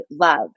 love